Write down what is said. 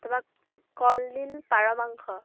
তাৰ পৰা কলডিল পাৰ মাংস